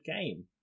game